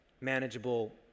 manageable